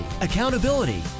accountability